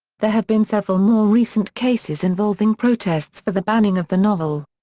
there have been several more recent cases involving protests for the banning of the novel.